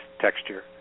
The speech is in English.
texture